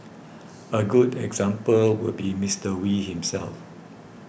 a good example would be Mister Wee himself